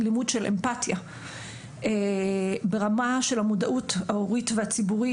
לימוד של אמפתיה ברמה של המודעות ההורית והציבורית.